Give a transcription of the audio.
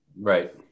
right